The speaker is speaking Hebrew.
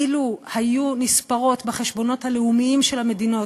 אילו היו נספרות בחשבונות הלאומיים של המדינות,